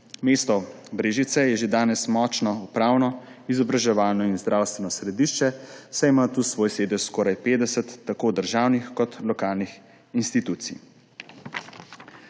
Mesto Brežice je že danes močno upravno, izobraževalno in zdravstveno središče, saj ima tu svoj sedež skoraj 50 tako državnih kot lokalnih institucij.